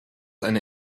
eine